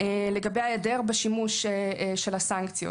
לגבי היעדר שימוש בסנקציות.